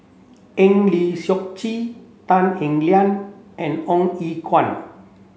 Eng Lee Seok Chee Tan Eng Liang and Ong Ye Kung